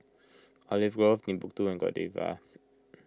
Olive Grove Timbuk two and Godiva